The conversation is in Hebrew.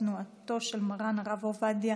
תנועתו של מרן הרב עובדיה